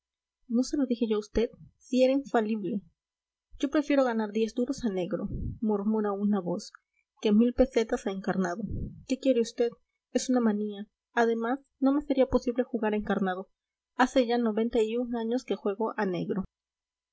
no se lo dije yo a usted si era infalible yo prefiero ganar diez duros a negro murmura una voz que pesetas a encarnado qué quiere usted es una manía además no me sería posible jugar a encarnado hace ya noventa y un años que juego a negro